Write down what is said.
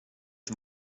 ett